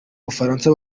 bufaransa